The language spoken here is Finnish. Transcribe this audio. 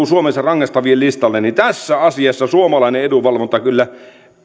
suomessa rangaistavien listalle tässä asiassa suomalainen edunvalvonta kyllä